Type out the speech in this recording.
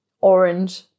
orange